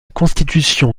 constitution